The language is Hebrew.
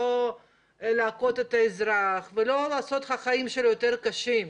לא להכות את האזרח ולא לעשות את החיים שלו יותר קשים.